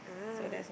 ah